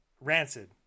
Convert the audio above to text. Rancid